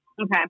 Okay